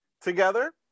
Together